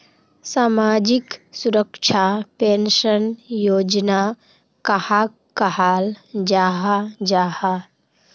सामाजिक सुरक्षा पेंशन योजना कहाक कहाल जाहा जाहा?